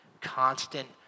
constant